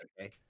okay